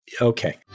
Okay